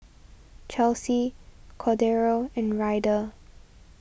Chelsi Cordero and Ryder